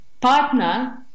partner